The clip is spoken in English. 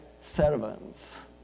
servants